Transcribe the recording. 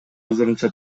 азырынча